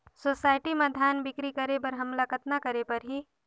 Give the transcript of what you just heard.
Society म धान बिक्री करे बर हमला कतना करे परही?